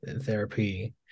therapy